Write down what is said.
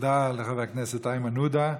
תודה לחבר הכנסת איימן עודה.